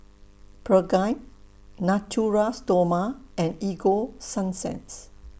Pregain Natura Stoma and Ego Sunsense